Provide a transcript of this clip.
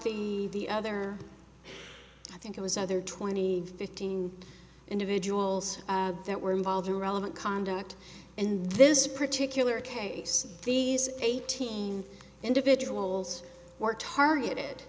the other i think it was either twenty fifteen individuals that were involved or relevant conduct in this particular case these eighteen individuals were targeted